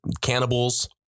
cannibals